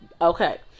Okay